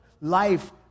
life